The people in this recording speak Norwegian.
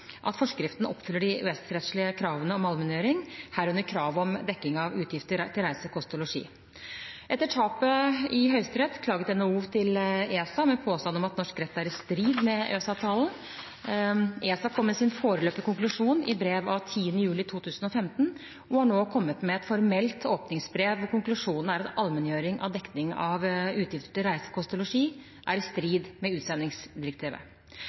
at forskriften oppfyller de EØS-rettslige kravene om allmenngjøring, herunder krav om dekning av utgifter til reise, kost og losji. Etter tapet i Høyesterett klaget NHO til ESA med påstand om at norsk rett er i strid med EØS-avtalen. ESA kom med sin foreløpige konklusjon i brev av 10. juli 2015, og har nå kommet med et formelt åpningsbrev hvor konklusjonen er at allmenngjøring av dekning av utgifter til reise, kost og losji er i strid med utsendingsdirektivet.